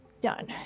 done